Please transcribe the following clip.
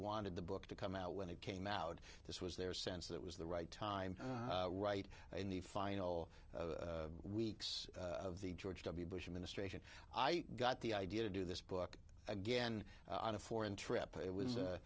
wanted the book to come out when it came out this was their sense that was the right time right in the final weeks of the george w bush administration i got the idea to do this book again on a foreign trip it